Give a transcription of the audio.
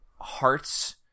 hearts